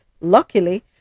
Luckily